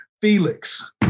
Felix